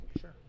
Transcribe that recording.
sure